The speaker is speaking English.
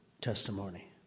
Testimony